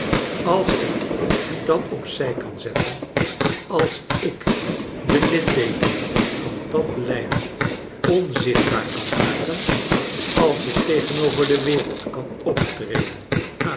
als ik dat op zij kan zetten als i k de lidteekenen van dat lijden onzichtbaar kan maken als ik tegenover de wereld kan optreden